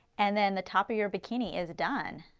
and then the top of your bikini is done.